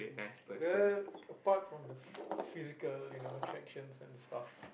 well apart from the phy~ physical you know attractions and stuff